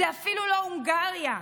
זו אפילו לא הונגריה,